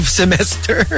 semester